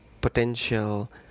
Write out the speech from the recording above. potential